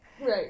right